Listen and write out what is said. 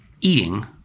eating